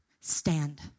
Stand